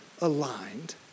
aligned